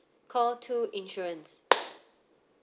call two insurance